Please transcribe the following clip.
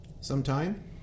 sometime